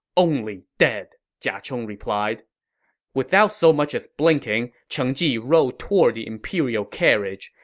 only dead, jia chong replied without so much as blinking, cheng ji rode toward the imperial carriage.